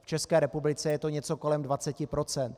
V České republice je to něco kolem 20 %.